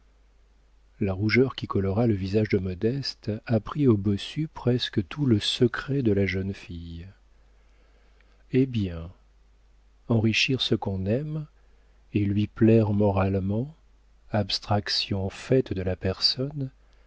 la rougeur qui colora le visage de modeste apprit au bossu presque tout le secret de la jeune fille eh bien enrichir ce qu'on aime et lui plaire moralement abstraction faite de la personne